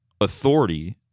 authority